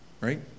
right